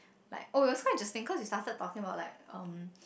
like oh it was quite interesting cause we started about like um